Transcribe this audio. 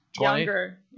younger